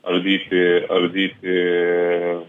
ardyti ardyti